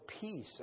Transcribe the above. Peace